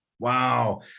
Wow